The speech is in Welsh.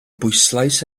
bwyslais